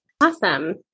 Awesome